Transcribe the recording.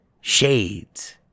shades